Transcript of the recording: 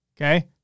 Okay